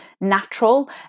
natural